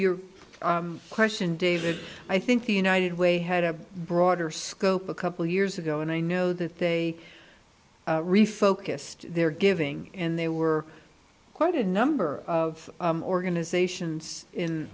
your question david i think the united way had a broader scope a couple years ago and i know that they refocused their giving and they were quite a number of organizations in